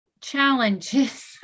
challenges